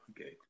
okay